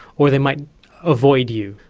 or they might avoid you.